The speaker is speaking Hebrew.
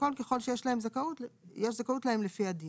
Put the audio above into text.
והכול ככל שיש זכאות להם לפי הדין.